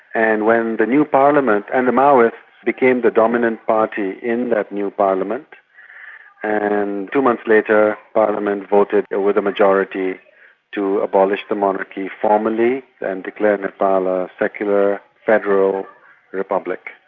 and when the new parliament, and the maoists became the dominant party in that new parliament and two months later, parliament voted with a majority to abolish the monarchy formally and declare nepal a secular, federal republic.